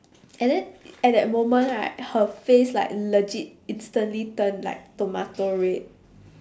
and then at that moment right her face like legit instantly turned like tomato red